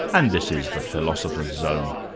and this is the philosopher's zone,